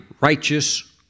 righteous